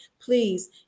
Please